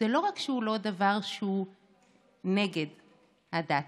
לא רק שהוא לא דבר שהוא נגד הדת,